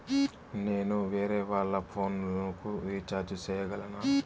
నేను వేరేవాళ్ల ఫోను లకు రీచార్జి సేయగలనా?